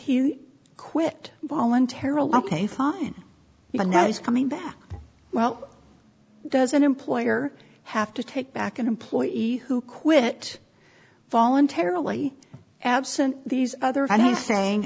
he quit voluntarily pay a fine but now he's coming back well does an employer have to take back an employee who quit voluntarily absent these other